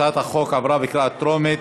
הצעת החוק עברה בקריאה טרומית